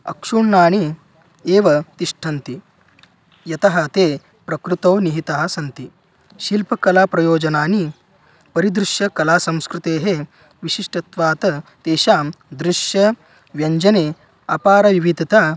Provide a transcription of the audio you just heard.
अक्षुण्णानि एव तिष्ठन्ति यतः ते प्रकृतौ निहिताः सन्ति शिल्पकलाप्रयोजनानि परिदृश्यकलासंस्कृतेः विशिष्टत्वात् तेषां दृश्यव्यञ्जने अपार विविधता